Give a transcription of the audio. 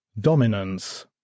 Dominance